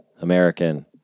American